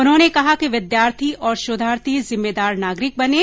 उन्होंने कहा कि विद्यार्थी और शोधार्थी जिम्मेदार नागरिक बनें